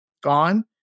gone